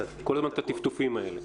כל הזמן את הטפטופים האלה.